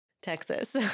Texas